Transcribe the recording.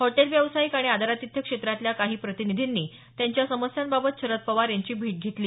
hotel व्यावसायिक आणि आदरातिथ्य क्षेत्रातल्या काही प्रतिनिधींनी त्यांच्या समस्यांबाबत शरद पवार यांची भेट घेतली